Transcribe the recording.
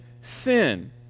sin